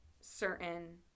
certain